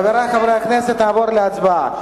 חברי חברי הכנסת, נעבור להצבעה.